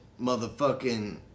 Motherfucking